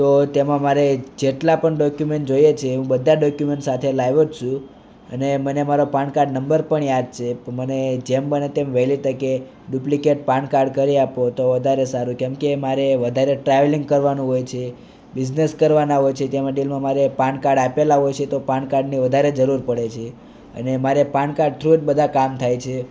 તો તેમાં મારે જેટલા પણ ડોક્યુમેન્ટ જોઈએ છે એ બધા ડોક્યુમેન્ટ્સ સાથે લાવ્યો જ છું અને મને મારો પાન કાર્ડ નંબર પણ યાદ છે મને જેમ બને તેમ વહેલી તકે ડુપ્લિકેટ પાન કાર્ડ કરી આપો તો વધારે સારું કેમ કે મારે વધારે ટ્રાવેલિંગ કરવાનું હોય છે બિઝનેસ કરવાના હોય છે તે માટેનું અમારે પાન કાર્ડ આપેલા હોય છે તો પાન કાર્ડની વધારે જરૂર પળે છે અને મારે પાન કાર્ડ થ્રુ જ બધા કામ થાય છે